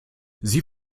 sie